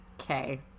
Okay